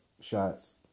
shots